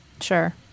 Sure